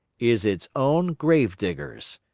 is its own grave-diggers.